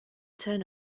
turn